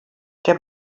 der